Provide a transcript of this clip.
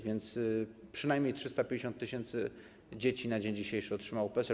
Więc przynajmniej 350 tys. dzieci na dzień dzisiejszy otrzymało PESEL.